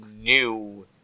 new